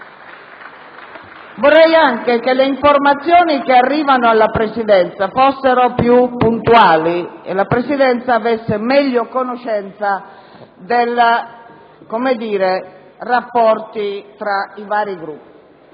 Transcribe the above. Vorrei, inoltre, che le informazioni che pervengono alla Presidenza fossero più puntuali e la Presidenza avesse meglio conoscenza dei rapporti tra i vari Gruppi.